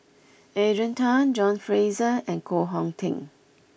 Adrian Tan John Fraser and Koh Hong Teng